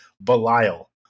Belial